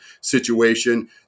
situation